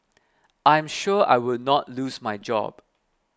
I am sure I will not lose my job